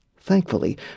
Thankfully